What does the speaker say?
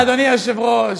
אדוני היושב-ראש,